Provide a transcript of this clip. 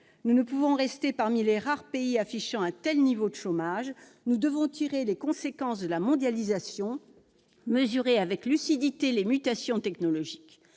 Nous ne pouvons rester parmi les rares pays affichant un tel niveau de chômage. Nous devons tirer les conséquences de la mondialisation, mesurer avec lucidité les mutations technologiques.